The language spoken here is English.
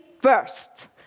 first